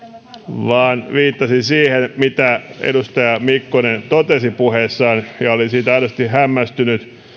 vaan viittasin siihen mitä edustaja mikkonen totesi puheessaan ja olin siitä aidosti hämmästynyt